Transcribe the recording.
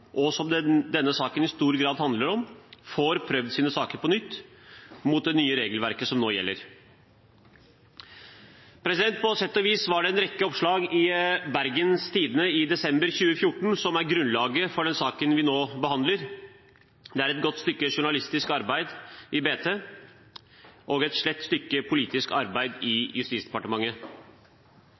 og som denne saken i stor grad handler om, får prøvd sine saker på nytt – mot det nye regelverket som nå gjelder. På sett og vis var det en rekke oppslag i Bergens Tidende i desember 2014 som er grunnlaget for den saken vi nå behandler. Det er et godt stykke journalistisk arbeid i BT og et slett stykke politisk arbeid i Justisdepartementet.